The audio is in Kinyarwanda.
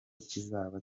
kizaba